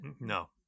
no